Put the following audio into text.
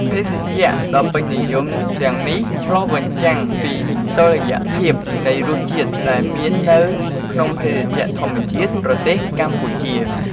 ភេសជ្ជៈដ៏ពេញនិយមទាំងនេះឆ្លុះបញ្ចាំងពីតុល្យភាពនៃរសជាតិ ដែលមាននៅក្នុងភេសជ្ជៈធម្មជាតិប្រទេសកម្ពុជា។